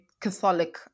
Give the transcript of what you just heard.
Catholic